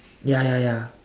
ya ya ya